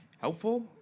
helpful